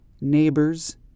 neighbor's